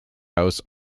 house